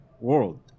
world